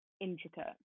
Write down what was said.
intricate